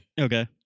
Okay